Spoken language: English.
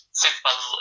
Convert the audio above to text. simple